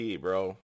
bro